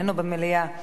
אינו במליאה.